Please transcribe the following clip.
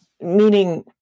Meaning